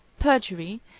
perjury,